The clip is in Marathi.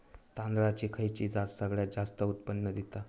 तांदळाची खयची जात सगळयात जास्त उत्पन्न दिता?